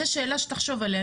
זאת שאלה שתחשוב עליה,